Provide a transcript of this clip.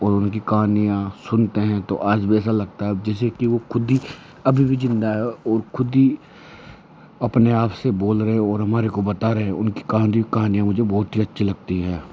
और उनकी कहानियाँ सुनते हैं तो आज भी ऐसा लगता है जैसे की वो खुद ही अभी भी जिंदा है और खुद ही अपने आप से बोल रहें हो और हमारे को बता रहे हों उनकी कहानी कहानियाँ मुझे बहुत ही अच्छी लगती है